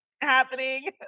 happening